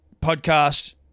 podcast